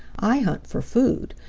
i hunt for food,